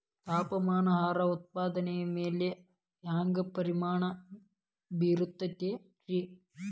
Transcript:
ತಾಪಮಾನ ಆಹಾರ ಉತ್ಪಾದನೆಯ ಮ್ಯಾಲೆ ಹ್ಯಾಂಗ ಪರಿಣಾಮ ಬೇರುತೈತ ರೇ?